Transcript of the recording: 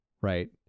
right